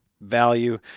value